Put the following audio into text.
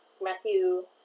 Matthew